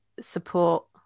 support